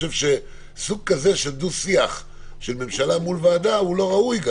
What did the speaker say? סוג כזה של דו-שיח של ממשלה מול ועדה אינו ראוי,